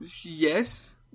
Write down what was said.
Yes